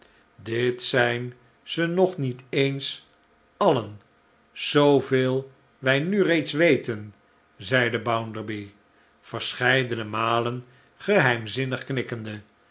dit zijn ze nogtniet eens alien zooveel wij nu reeds weten zeide bounderby verscheidene malen geheimzinnig knikkende